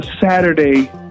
Saturday